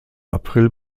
april